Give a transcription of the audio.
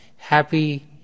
Happy